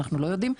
אנחנו לא יודעים.